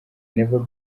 never